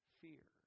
fear